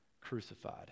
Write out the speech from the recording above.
crucified